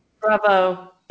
Bravo